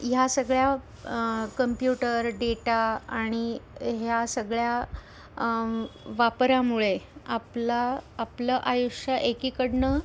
ह्या सगळ्या computer data आणि ह्या सगळ्या वापरामुळे आपला आपलं आयुष्य एकीकडून